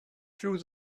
through